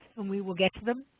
and we will get to them.